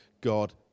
God